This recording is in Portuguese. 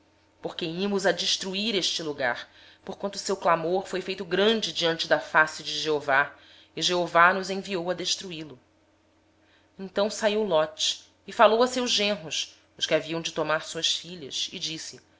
porque nós vamos destruir este lugar porquanto o seu clamor se tem avolumado diante do senhor e o senhor nos enviou a destruí lo tendo saído ló falou com seus genros que haviam de casar com suas filhas e disse-lhes